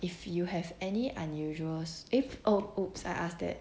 if you have any unusual if oh !oops! I asked that